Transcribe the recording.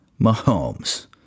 Mahomes